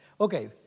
Okay